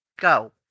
go